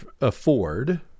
afford